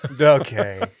Okay